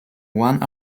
one